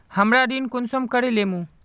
हमरा ऋण कुंसम करे लेमु?